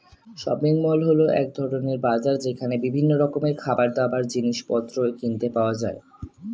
shopping mall হল এক ধরণের বাজার যেখানে বিভিন্ন রকমের খাবারদাবার, জিনিসপত্র কিনতে পাওয়া যায়